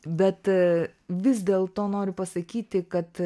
bet vis dėlto noriu pasakyti kad